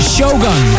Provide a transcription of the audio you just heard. Shogun